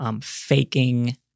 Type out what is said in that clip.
Faking